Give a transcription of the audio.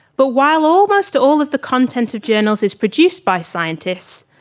but while almost all of the content of journals is produced by scientists,